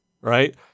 right